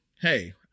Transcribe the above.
hey